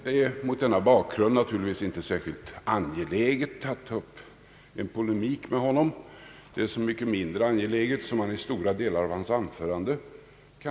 Det är mot denna bakgrund naturligtvis inte särskilt angeläget att ta upp en polemik med honom. Det är så mycket mindre angeläget som man odelat kan instämma i stora delar av hans anförande.